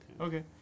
okay